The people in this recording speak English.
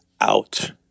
out